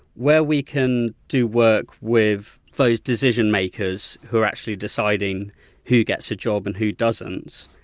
where we can do work with those decision makers who are actually deciding who gets a job and who doesn't,